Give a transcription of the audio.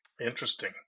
Interesting